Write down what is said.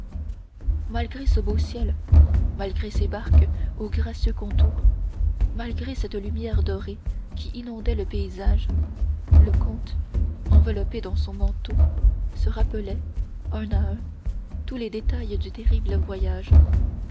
malgré ce beau ciel malgré ces barques aux gracieux contours malgré cette lumière dorée qui inondait le paysage le comte enveloppé dans son manteau se rappelait un à un tous les détails du terrible voyage